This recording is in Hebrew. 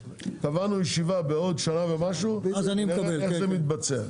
קבענו ישיבה בעוד שנה ומשהו ונראה איך זה מתבצע.